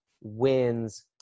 wins